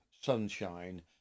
sunshine